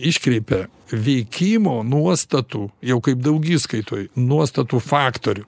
iškreipia veikimo nuostatų jau kaip daugiskaitoj nuostatų faktorių